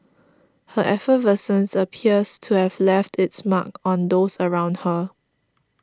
her effervescence appears to have left its mark on those around her